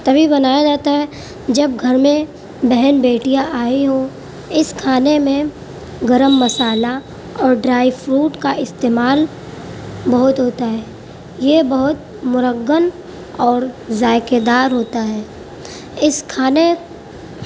تبھی بنایا جاتا ہے جب گھر میں بہن بیٹیاں آئی ہوں اس کھانے میں گرم مسالہ اور ڈرائی فروٹ کا استعمال بہت ہوتا ہے یہ بہت مرغن اور ذائقہ دار ہوتا ہے اس کھانے